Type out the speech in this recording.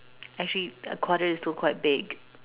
I see a quarter is still quite big